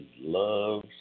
love